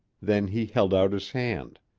then he held out his hand.